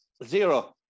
Zero